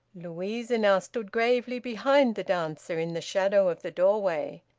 louisa now stood gravely behind the dancer, in the shadow of the doorway,